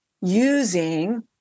using